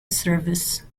service